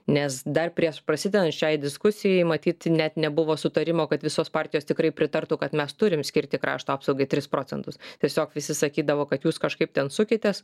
nes dar prieš prasidedant šiai diskusijai matyt net nebuvo sutarimo kad visos partijos tikrai pritartų kad mes turim skirti krašto apsaugai tris procentus tiesiog visi sakydavo kad jūs kažkaip ten sukitės